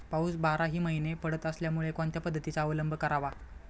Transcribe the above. पाऊस बाराही महिने पडत असल्यामुळे कोणत्या पद्धतीचा अवलंब करावा?